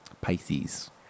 Pisces